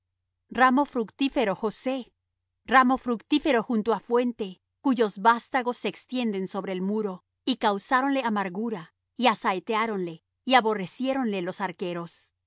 ramo fructífero josé ramo fructífero junto á fuente cuyos vástagos se extienden sobre el muro y causáronle amargura y asaeteáronle y aborreciéronle los archeros